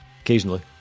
occasionally